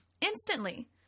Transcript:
instantly